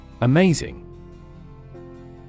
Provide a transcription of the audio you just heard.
Amazing